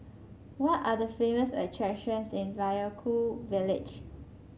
what are the famous attractions in Vaiaku village